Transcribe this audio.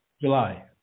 july